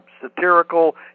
satirical